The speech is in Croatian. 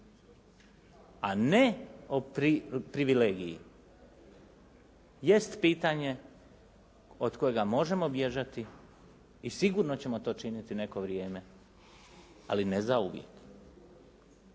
a ne o privilegiji, jest pitanje od kojega možemo bježati i sigurno ćemo to činiti neko vrijeme ali ne zauvijek.